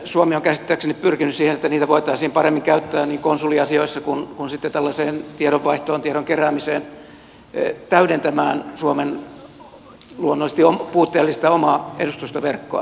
suomi on käsittääkseni pyrkinyt siihen että niitä voitaisiin paremmin käyttää niin konsuliasioissa kuin sitten tällaiseen tiedonvaihtoon tiedon keräämiseen täydentämään suomen luonnollisesti puutteellista omaa edustustoverkkoa